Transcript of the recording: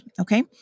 Okay